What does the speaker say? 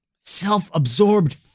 self-absorbed